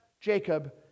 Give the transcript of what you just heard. Jacob